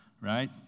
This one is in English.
right